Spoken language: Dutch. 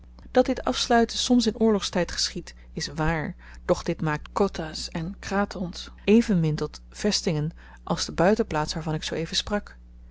dat dit afsluiten soms in oorlogstyd geschiedt is waar doch dit maakt kotta's en kratons evenmin tot vestingen als de buitenplaats waarvan ik zoo-even sprak